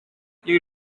you